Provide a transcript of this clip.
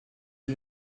you